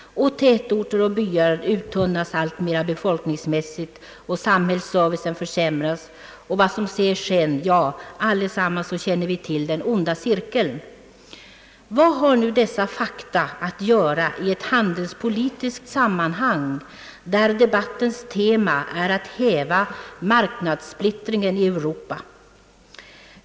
Tätorter och byar uttunnas alltmer befolkningsmässigt, samhällsservicen försämras, och vad som sedan sker — ja, alla känner vi till den onda cirkeln. Vad har nu dessa fakta att göra i ett handelspolitiskt sammanhang, där debattens tema är att häva marknadssplittringen i Europa?